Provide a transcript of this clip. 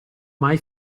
mai